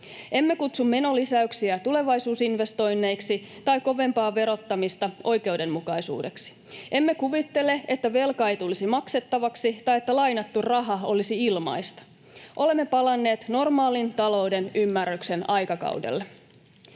Emme kutsu menolisäyksiä tulevaisuusinvestoinneiksi tai kovempaa verottamista oikeudenmukaisuudeksi. Emme kuvittele, että velka ei tulisi maksettavaksi tai että lainattu raha olisi ilmaista. Olemme palanneet normaalin talouden ymmärryksen aikakaudelle.